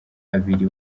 abiri